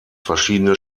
verschiedene